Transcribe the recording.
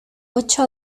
ocho